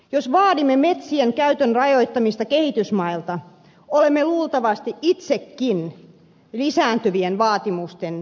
jos vaadimme metsien käytön rajoittamista kehitysmailta olemme luultavasti itsekin lisääntyvien vaatimusten kohteena